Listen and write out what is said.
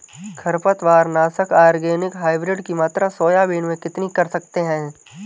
खरपतवार नाशक organic hybrid की मात्रा सोयाबीन में कितनी कर सकते हैं?